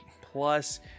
Plus